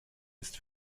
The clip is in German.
ist